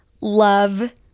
love